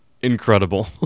incredible